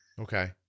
Okay